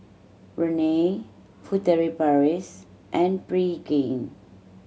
Rene Furtere Paris and Pregain